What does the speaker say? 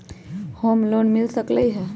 Home loan मिल सकलइ ह?